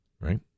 right